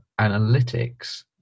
analytics